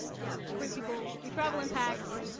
yeah. queer people, we travel in packs.